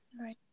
right